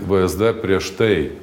vsd prieš tai